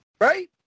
right